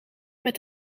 met